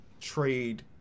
trade